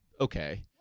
okay